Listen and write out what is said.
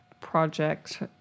project